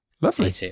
lovely